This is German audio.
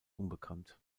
unbekannt